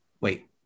wait